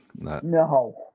No